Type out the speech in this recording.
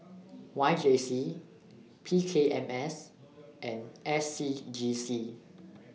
Y J C P K M S and S C G C